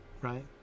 right